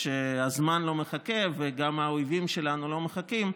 שהזמן לא מחכה וגם האויבים שלנו לא מחכים,